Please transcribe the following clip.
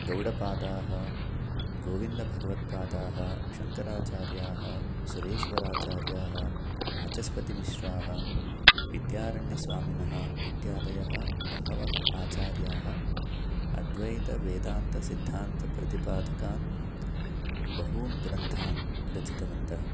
गौडपादाः गोविन्दभगवत्पादाः शङ्कराचार्याः सुरेश्वराचार्याः वाचस्पतिमिश्राः विद्यारण्यस्वामिनः इत्यादयः बहवः आचार्याः अद्वैतवेदान्तसिद्धान्तप्रतिपादकान् बहून् ग्रन्थान् रचितवन्तः